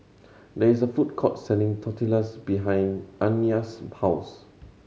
there is a food court selling Tortillas behind Anaya's house